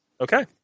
Okay